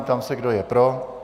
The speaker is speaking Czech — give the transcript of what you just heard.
Ptám se, kdo je pro.